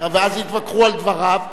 ואז יתווכחו על דבריו,